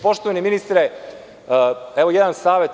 Poštovani ministre, evo jedan savet.